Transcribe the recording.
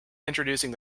introducing